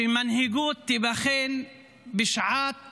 שמנהיגות תיבחן בשעת